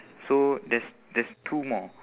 so there's there's two more